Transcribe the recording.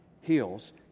heals